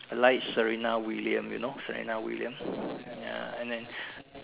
I like Serena William you know Serena William ya and then